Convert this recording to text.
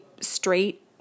straight